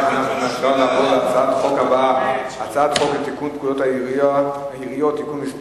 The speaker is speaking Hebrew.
נעבור להצעת החוק הבאה: הצעת חוק לתיקון פקודת העיריות (מס'